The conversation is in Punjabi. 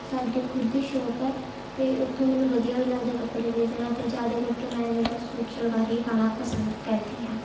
ਸਾਡੀ ਖੁਦ ਦੀ ਸ਼ੋਪ ਹੈ ਅਤੇ ਉੱਥੋਂ ਮੈਨੂੰ ਵਧੀਆ ਵੀ ਲੱਗਦੇ ਹੈ ਕੱਪੜੇ ਖਰੀਦਣਾ ਅਤੇ ਜ਼ਿਆਦਾ ਕਰਕੇ ਮੈਂ ਜਿਹੜਾ ਸੂਟ ਸਲਵਾਰ ਹੀ ਪਾਉਣਾ ਪਸੰਦ ਕਰਦੀ ਹਾਂ